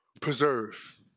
preserve